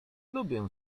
lubię